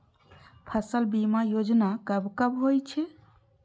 फसल बीमा योजना कब कब होय छै?